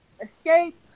Escape